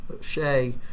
Shay